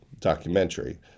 documentary